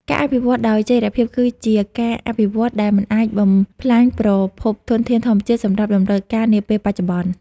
ការអភិវឌ្ឍដោយចីរភាពគឺជាការអភិវឌ្ឍដែលមិនបំផ្លាញប្រភពធនធានធម្មជាតិសម្រាប់តម្រូវការនាពេលបច្ចុប្បន្ន។